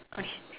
okay